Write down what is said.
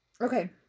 okay